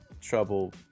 trouble